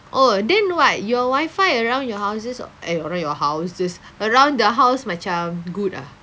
oh then what your wifi around your houses eh around your houses around the house macam good ah